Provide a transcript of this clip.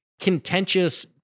contentious